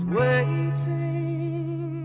waiting